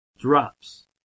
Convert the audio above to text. drops